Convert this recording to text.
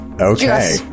Okay